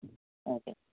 okay